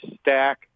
stack